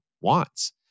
wants